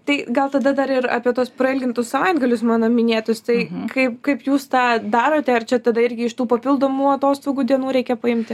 tai gal tada dar ir apie tuos prailgintus savaitgalius mano minėtus tai kaip kaip jūs tą darote ar čia tada irgi iš tų papildomų atostogų dienų reikia paimti